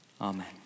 Amen